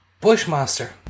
Bushmaster